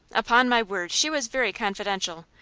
upon my word, she was very confidential.